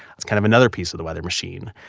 that's kind of another piece of the weather machine.